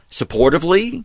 supportively